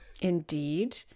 Indeed